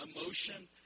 emotion